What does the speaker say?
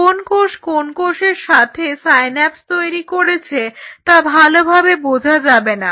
কোন কোষ কোন কোষের সাথে সাইন্যাপস তৈরি করেছে তা ভালোভাবে বোঝা যাবেনা